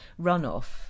runoff